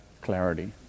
clarity